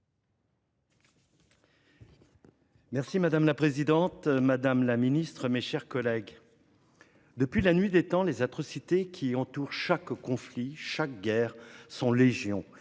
Madame la présidente, madame la secrétaire d'État, mes chers collègues, depuis la nuit des temps, les atrocités qui entourent chaque conflit, chaque guerre, sont légion